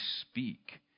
speak